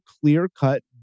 clear-cut